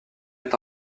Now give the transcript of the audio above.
est